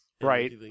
Right